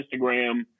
Instagram